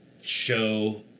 show